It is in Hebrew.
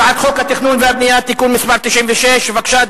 הצעת חוק התכנון והבנייה (תיקון מס' 96). בבקשה,